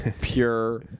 Pure